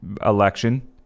election